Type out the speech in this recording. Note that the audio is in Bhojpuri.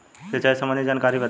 सिंचाई संबंधित जानकारी बताई?